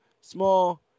small